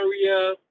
area